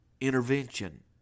intervention